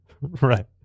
Right